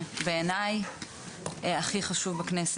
בעייני הכי חשוב בכנסת,